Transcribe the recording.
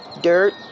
dirt